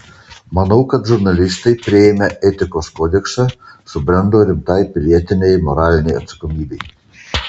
manau kad žurnalistai priėmę etikos kodeksą subrendo rimtai pilietinei ir moralinei atsakomybei